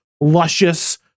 luscious